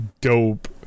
dope